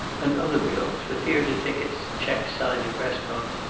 and other bills, for theater tickets, checks signed at restaurants,